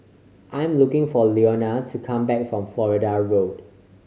I'm looking for Leonia to come back from Florida Road